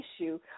issue